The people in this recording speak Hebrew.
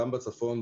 גם בצפון,